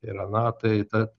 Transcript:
yra na tai ta